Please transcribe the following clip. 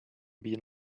been